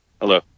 hello